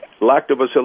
Lactobacillus